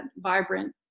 vibrant